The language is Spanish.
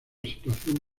situación